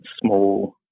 small